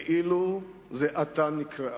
כאילו זה עתה נקראה.